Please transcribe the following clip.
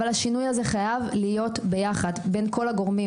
השינוי הזה חייב להיות ביחד בין כל הגורמים.